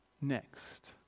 next